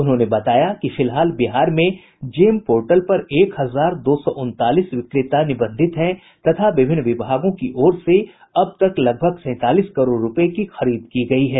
उन्होंने बताया कि फिलहाल बिहार में जेम पोर्टल पर एक हजार दो सौ उनतालीस विक्रेता निबंधित हैं तथा विभिन्न विभागों की ओर से अब तक करीब सेंतालीस करोड़ रुपये की खरीद की गई है